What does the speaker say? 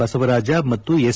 ಬಸವರಾಜ ಮತ್ತು ಎಸ್